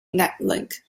natlink